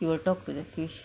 he will talk to the fish